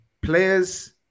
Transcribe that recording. Players